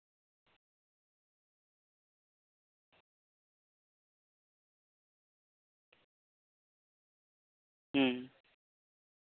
ᱦᱩᱸ